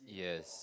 yes